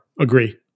agree